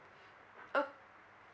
oh